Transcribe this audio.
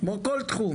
שלום לכולם.